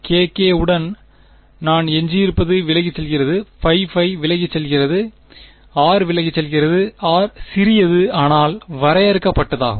K k உடன் நான் எஞ்சியிருப்பது விலகிச் செல்கிறது ππ விலகிச் செல்கிறது r விலகிச் செல்கிறது r சிறியது ஆனால் வரையறுக்கப்பட்டதாகும்